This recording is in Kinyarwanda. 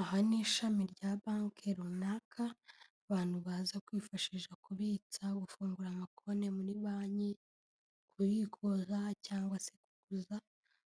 Aha ni ishami rya banki runaka, abantu baza kwifashisha kubitsa, gufungura amakonti muri banki, kubikuza cyangwa se kuguza,